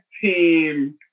team